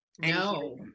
No